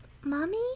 Mommy